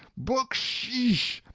bucksheesh!